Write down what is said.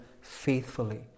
faithfully